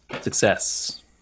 Success